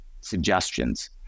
suggestions